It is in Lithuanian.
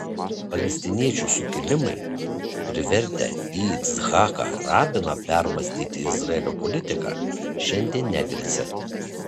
palestiniečių sukilimai privertę yitzhaką rabiną permąstyti izraelio politiką šiandien negresia